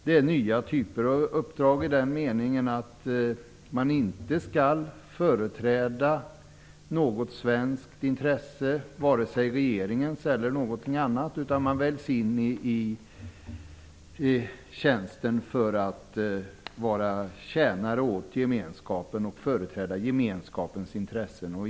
Uppdragen är nya i den meningen att man inte skall företräda något svenskt intresse, vare sig regeringens eller någon annans. Man väljs in i tjänsten för att vara tjänare åt gemenskapen och företräda gemenskapens intressen.